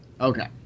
Okay